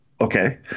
Okay